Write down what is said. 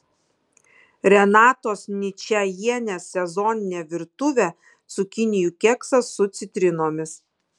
renatos ničajienės sezoninė virtuvė cukinijų keksas su citrinomis